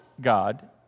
God